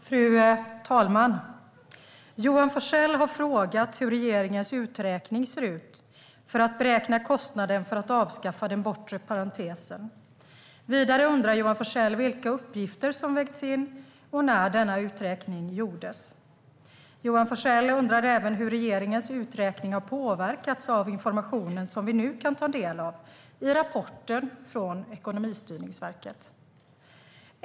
Fru talman! Johan Forssell har frågat hur regeringens uträkning ser ut för att beräkna kostnaden för att avskaffa den bortre parentesen. Vidare undrar Johan Forssell vilka uppgifter som vägts in och när denna uträkning gjordes. Johan Forssell undrar även hur regeringens uträkning har påverkats av den information som vi nu kan ta del av i rapporten från Ekonomistyrningsverket.